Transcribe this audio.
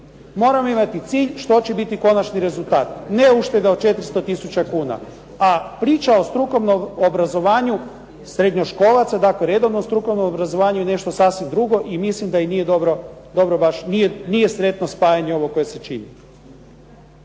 moramo imati cilj što će biti konačni rezultat. Ne ušteda od 400 tisuća kuna. A priča o strukovnom obrazovanju srednjoškolaca, dakle o redovnom strukovnom obrazovanju je nešto sasvim drugo i mislim da nije sretno spajanje ovo koje se čini.